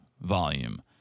volume